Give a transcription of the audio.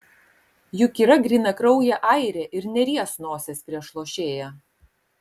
juk yra grynakraujė airė ir neries nosies prieš lošėją